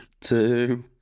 Two